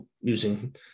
using